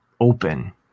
open